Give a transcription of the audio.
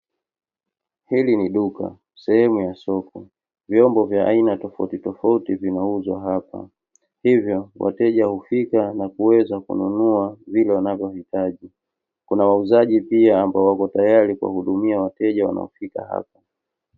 Hili ni duka sehemu ya soko, vyombo vya aina tofauti tofauti vinauzwa hapa, hivyo wateja hufika na kuweza kunua vile wanavyohitaji. Kuna wauzaji pia ambao wako tayari kuwahudumia wateja wanaofika hapa.